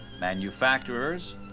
Manufacturers